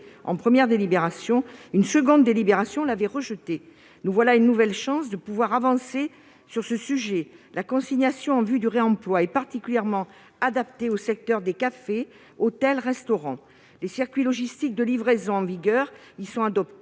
adopté, mais une seconde délibération l'avait rejeté ... Voilà une nouvelle chance de pouvoir avancer sur ce sujet ! La consignation en vue du réemploi est particulièrement adaptée au secteur des cafés, hôtels et restaurants. Les circuits logistiques de livraison, notamment pour